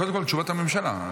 קודם כול תשובת הממשלה.